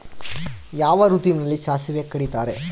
ಯಾವ ಋತುವಿನಲ್ಲಿ ಸಾಸಿವೆ ಕಡಿತಾರೆ?